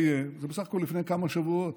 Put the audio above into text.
בסך הכול לפני כמה שבועות,